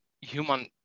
human